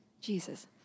Jesus